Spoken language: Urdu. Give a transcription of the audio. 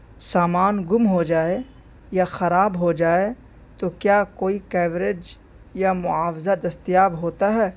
سامان گم ہو جائے یا خراب ہو جائے تو کیا کوئی کیوریج یا معاوضہ دستیاب ہوتا ہے